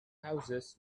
houses